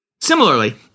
Similarly